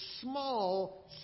small